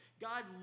God